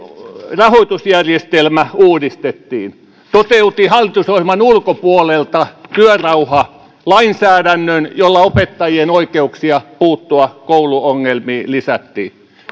rahoitusjärjestelmä uudistettiin toteutin hallitusohjelman ulkopuolelta työrauhalainsäädännön jolla opettajien oikeuksia puuttua kouluongelmiin lisättiin